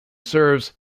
serves